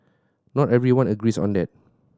not everyone agrees on that